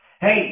Hey